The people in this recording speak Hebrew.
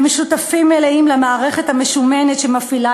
הם שותפים מלאים למערכת המשומנת שמפעילה